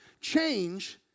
Change